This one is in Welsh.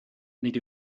nid